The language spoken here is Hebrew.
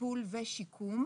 טיפול ושיקום,